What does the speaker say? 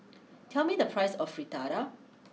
tell me the price of Fritada